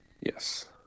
Yes